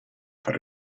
far